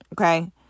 okay